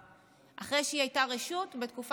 אחרי שהיא הייתה רשות בתקופת הקורונה.